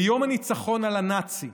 ביום הניצחון על הנאצים